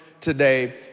today